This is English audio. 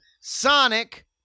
Sonic